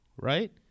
right